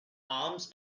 arms